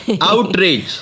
Outrage